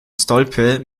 stolpe